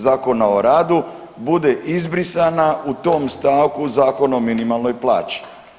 Zakona o radu bude izbrisana u tom stavku Zakona o minimalnoj plaći.